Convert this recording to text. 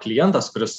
klientas kuris